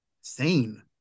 sane